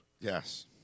Yes